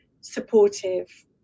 supportive